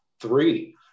Three